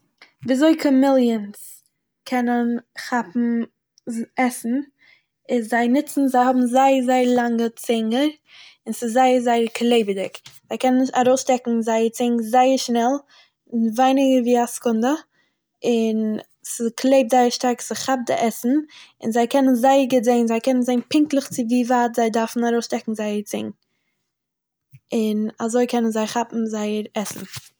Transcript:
ווי אזוי קאמיליען'ס קענען כאפן עסן איז זיי נוצן, זיי האבן זייער זייער לאנגע צינגער און ס'זייער זייער קלעבעדיג, זיי קענען ארויסשטעקן זייער צונג זייער שנעל אין ווייניגער ווי א סעקונדע און ס'קלעבט זייער שטארק, ס'כאפט די עסן און זיי קענען זייער גוט זעהן זיי קענען זעהן פונקטליך ווי ווייט זיי דארפן צו ארויסשטעקן זייער צונג, און אזוי קענען זיי כאפן זייער עסן.